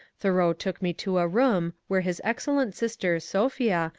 tboreau took me to a room where his excellent sister, sophia,